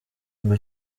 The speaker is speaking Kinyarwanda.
ngo